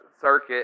circuit